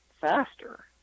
faster